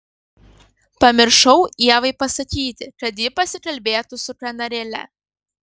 pamiršau ievai pasakyti kad ji pasikalbėtų su kanarėle